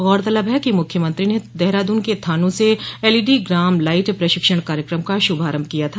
गौरतलब है कि मुख्यमंत्री ने देहरादून के थानों से एलईडी ग्राम लाईट प्रशिक्षण कार्यक्रम का शुभारम्भ किया था